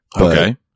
Okay